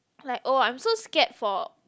like oh I'm so scared for